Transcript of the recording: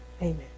Amen